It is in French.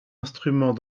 instrument